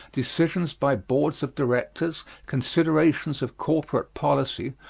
decisions by boards of directors, considerations of corporate policy,